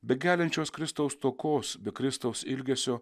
be geliančios kristaus stokos be kristaus ilgesio